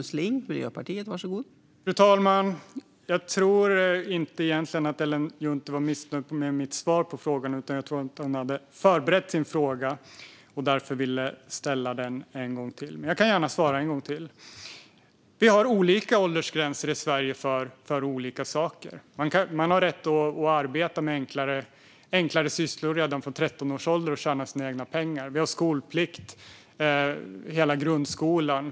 Fru talman! Jag tror inte att Ellen Juntti egentligen var missnöjd med mitt svar. Jag tror att hon hade förberett sin fråga och därför ville ställa den, men jag kan gärna svara en gång till. Vi har olika åldersgränser för olika saker i Sverige. Man har rätt att arbeta med enklare sysslor redan från 13 års ålder och tjäna sina egna pengar. Vi har skolplikt under hela grundskolan.